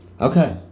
okay